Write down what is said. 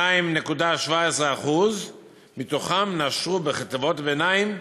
2.17%, מתוכם נשרו בחטיבות הביניים